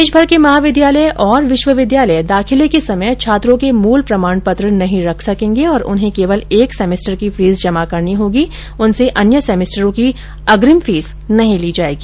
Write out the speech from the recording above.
देशभर के महाविद्यालय और विश्वविद्यालय दाखिले के समय छात्रों के मूल प्रमाणपत्र नहीं रख सकेंगे और उन्हें केवल एक सेमेस्टर की फीस जमा करनी होगी उनसे अन्य सेमेस्टरों की अग्रिम फीस नहीं ली जायेगी